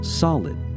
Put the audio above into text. solid